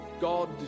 God